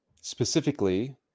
Specifically